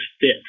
fits